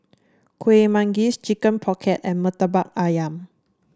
Kueh Manggis Chicken Pocket and Murtabak ayam